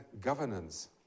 governance